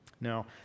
No